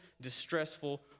distressful